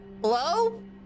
Hello